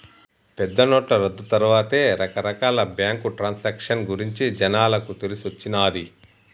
పెద్దనోట్ల రద్దు తర్వాతే రకరకాల బ్యేంకు ట్రాన్సాక్షన్ గురించి జనాలకు తెలిసొచ్చిన్నాది